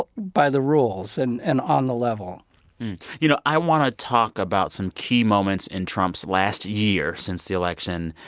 by the rules and and on the level you know, i want to talk about some key moments in trump's last year since the election